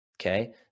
okay